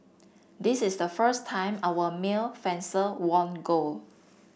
this is the first time our male fencer won gold